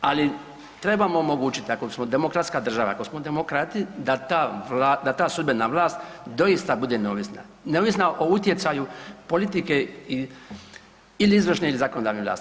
Ali trebamo omogućiti ako smo demokratska država, ako smo demokrati da ta sudbena vlast doista bude neovisna, neovisna o utjecaju politike ili izvršne ili zakonodavne vlasti.